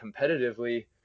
competitively